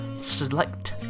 select